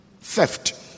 theft